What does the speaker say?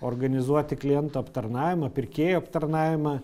organizuoti klientų aptarnavimą pirkėjų aptarnavimą